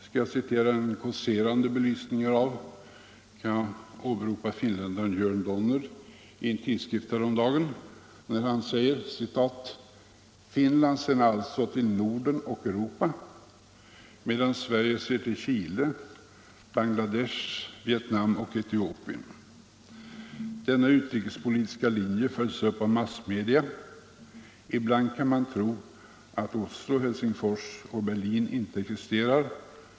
För att citera en kåserande belysning härav kan jag åberopa finländaren Jörn Donner i en tidskrift häromdagen där han skriver: ”Finland ser alltså till Norden och Europa medan Sverige ser till Chile, Bangladesh, Vietnam och Etiopien. Denna utrikespolitiska linje följs upp av massmedia. Ibland kan man tro att Oslo, Helsingfors och Berlin inte existerar.